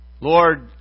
Lord